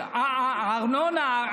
הארנונה,